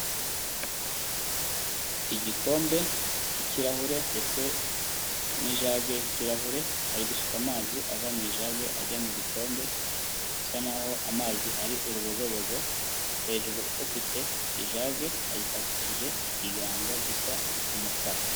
Igikombe cy'ikirahure ndetse n'ijage y'ikirahure ari gusuka amazi ava mujabi ajya mu gikombe, bisa naho amazi ari uruglbogobogo, hejuru ufite ijage ayifatishije ikiganza gisa umukara.